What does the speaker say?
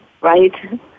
right